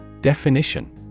Definition